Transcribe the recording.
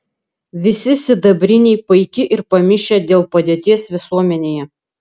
visi sidabriniai paiki ir pamišę dėl padėties visuomenėje